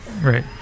Right